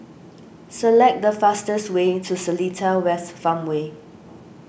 select the fastest way to Seletar West Farmway